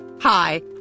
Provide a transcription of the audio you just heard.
Hi